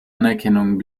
anerkennung